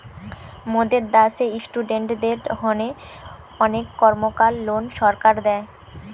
মোদের দ্যাশে ইস্টুডেন্টদের হোনে অনেক কর্মকার লোন সরকার দেয়